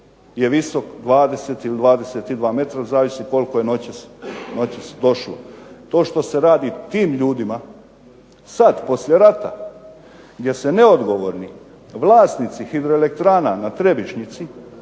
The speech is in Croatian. je visok 20 ili 22 metra, zavisi koliko je noćas došlo. To što se radi tim ljudima sad poslije rata, jer se neodgovorni vlasnici hidroelektrana na Trebišnjici